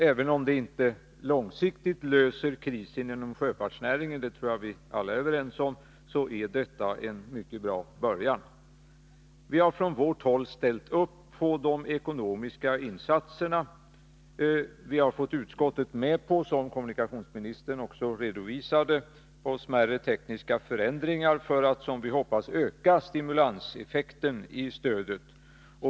Även om det inte långsiktigt löser krisen inom sjöfartsnäringen — det tror jag vi alla är överens om -— så är detta en mycket bra början. Vi har från vårt håll ställt upp på de ekonomiska insatserna. Vi har, som kommunikationsministern också redovisade, fått utskottet med på smärre tekniska förändringar för att, som vi hoppas, öka stimulanseffekten i stödet.